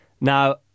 Now